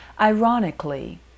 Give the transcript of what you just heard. Ironically